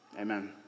Amen